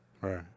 Right